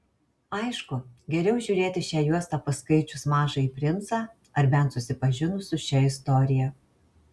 aišku geriau žiūrėti šią juostą paskaičius mažąjį princą ar bent susipažinus su šia istorija